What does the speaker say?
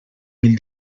mil